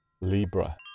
Libra